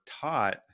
taught